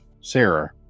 Sarah